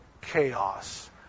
chaos